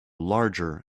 larger